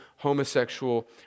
homosexual